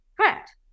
Correct